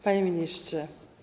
Panie Ministrze!